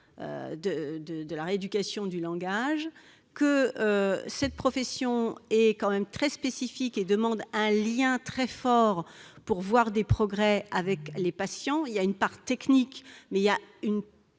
de la rééducation du langage. Cette profession est très spécifique et demande un lien très fort pour voir des progrès avec les patients. Il y a, certes, une part technique, mais également une